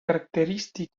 característic